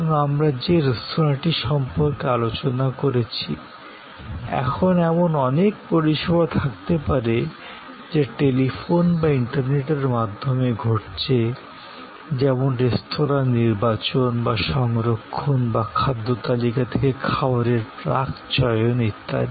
সুতরাং আমরা যে রেস্তোঁরাটি সম্পর্কে আলোচনা করেছি সময় 2002 এখন এমন অনেক পরিষেবা থাকতে পারে যা টেলিফোন বা ইন্টারনেটের মাধ্যমে ঘটছে যেমন রেস্তোঁরা নির্বাচন বা সংরক্ষণ বা খাদ্য তালিকা থেকে খাবারের প্রাক চয়ন ইত্যাদি